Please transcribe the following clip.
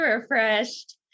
refreshed